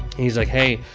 he's like, hey,